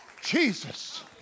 Jesus